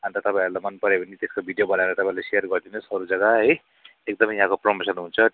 अन्त तपाईँहरूलाई मन पऱ्यो भने त्यसको भिडियो बनाएर तपाईँहरूले सेयर गरिदिनुहोस् अरू जग्गा है एकदमै यहाँको प्रमोसन हुन्छ